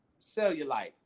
cellulite